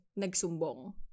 nagsumbong